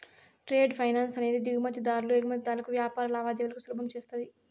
trade finance అనేది దిగుమతి దారులు ఎగుమతిదారులకు వ్యాపార లావాదేవీలను సులభం చేస్తది